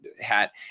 hat